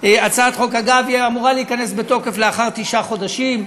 אגב, היא אמורה להיכנס לתוקף לאחר תשעה חודשים.